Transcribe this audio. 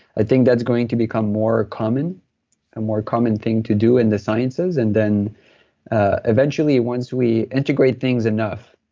i think that's going to become more common, a more common thing to do in the sciences. and then ah eventually once we integrate things enough,